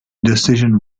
decision